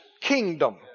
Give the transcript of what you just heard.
kingdom